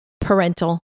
parental